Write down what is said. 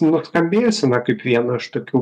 nuskambėjusi na kaip viena iš tokių